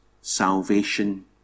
salvation